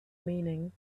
meaning